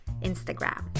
Instagram